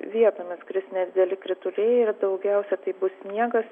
vietomis kris nedideli krituliai daugiausia tai bus sniegas